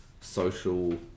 social